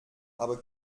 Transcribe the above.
aber